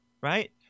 right